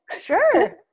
sure